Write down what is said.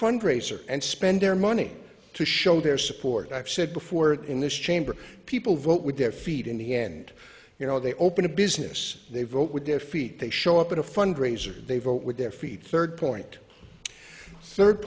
fundraiser and spend their money to show their support and i've said before that in this chamber people vote with their feet in the end you know they open a business they vote with their feet they show up at a fundraiser they vote with their feet third point third